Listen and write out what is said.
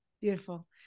Beautiful